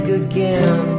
again